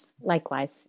Likewise